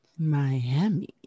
Miami